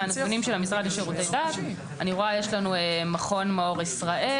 מהנתונים של המשרד לשירותי דת אני רואה שיש לנו את מכון מאור ישראל,